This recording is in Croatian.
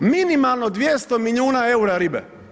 Minimalno 200 milijuna eura ribe.